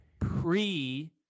pre